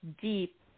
deep